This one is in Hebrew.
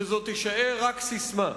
שזאת תישאר רק ססמה.